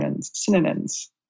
synonyms